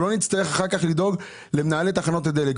שלא נצטרך אחר כך לדאוג למנהלי תחנות הדלק.